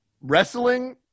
Wrestling